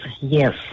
yes